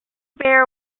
bear